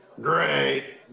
great